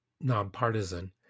nonpartisan